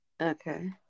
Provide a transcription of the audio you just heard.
Okay